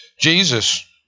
Jesus